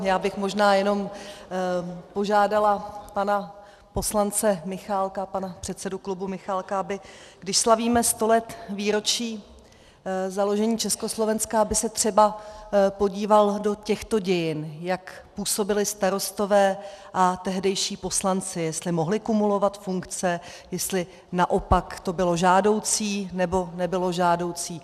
Já bych možná jenom požádala pana poslance Michálka, pana předsedu klubu Michálka, když slavíme sto let výročí založení Československa, aby se třeba podíval do těchto dějin, jak působili starostové a tehdejší poslanci, jestli mohli kumulovat funkce, jestli naopak to bylo žádoucí, nebo nebylo žádoucí.